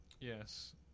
Yes